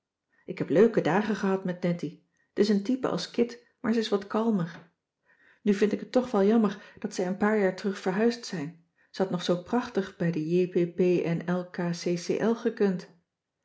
ik heb leuke dagen gehad met nettie t is een type als kit maar ze is wat kalmer nu vind ik het toch wel jammer dat zij een paar jaar terug verhuisd zijn ze had nog zoo prachtig bij de jppnlkccl gekund